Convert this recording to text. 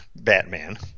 Batman